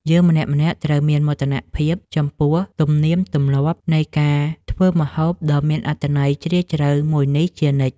យើងម្នាក់ៗត្រូវមានមោទនភាពចំពោះទំនៀមទម្លាប់នៃការធ្វើម្ហូបដ៏មានអត្ថន័យជ្រាលជ្រៅមួយនេះជានិច្ច។